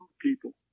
people